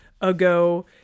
ago